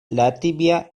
latvia